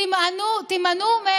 תימנעו,